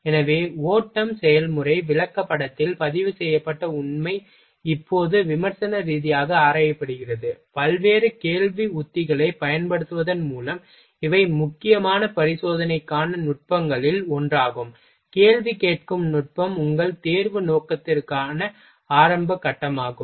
எனவே ஓட்டம் செயல்முறை விளக்கப்படத்தில் பதிவுசெய்யப்பட்ட உண்மை இப்போது விமர்சன ரீதியாக ஆராயப்படுகிறது பல்வேறு கேள்வி உத்திகளைப் பயன்படுத்துவதன் மூலம் இவை முக்கியமான பரிசோதனைக்கான நுட்பங்களில் ஒன்றாகும் கேள்வி கேட்கும் நுட்பம் உங்கள் தேர்வு நோக்கத்தின் ஆரம்ப கட்டமாகும்